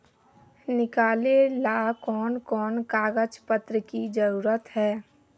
निकाले ला कोन कोन कागज पत्र की जरूरत है?